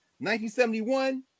1971